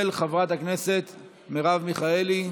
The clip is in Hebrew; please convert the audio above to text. של חברת הכנסת מרב מיכאלי.